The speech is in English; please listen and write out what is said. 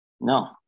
No